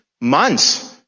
months